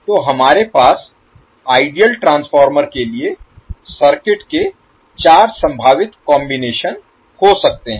तो हमारे पास आइडियल ट्रांसफार्मर के लिए सर्किट के चार संभावित कॉम्बिनेशन हो सकते हैं